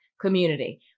community